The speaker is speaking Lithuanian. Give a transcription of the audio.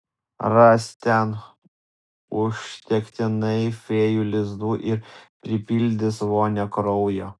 ras ten užtektinai fėjų lizdų ir pripildys vonią kraujo